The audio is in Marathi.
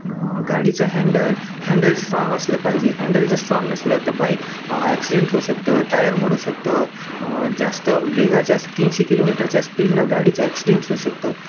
गाडीचं हँनडल हँन्डल स्ट्राँग असलं पाहिजे हँन्डल जर स्ट्राँग नसलं तर बाईक ॲक्सिडेंट होऊ शकतं टायर मोडू शकतं जास्त वेगाच्या जास्त तीनशे किलोमीटरच्या स्पीडनं गाडीचं ॲक्सिडेंस होऊ शकतं